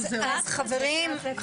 חברים,